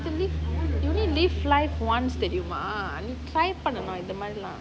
can live can you live life once தெரியுமா நீ:teriyuma nee try பண்ணனும் இது மாரிலாம்:pannanum ithu maarilaam